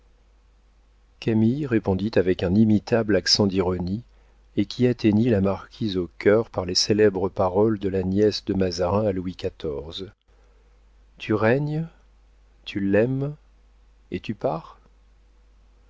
répondit avec un inimitable accent d'ironie et qui atteignait la marquise au cœur par les célèbres paroles de la nièce de mazarin à louis xiv tu règnes tu l'aimes et tu pars